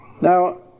Now